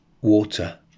water